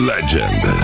Legend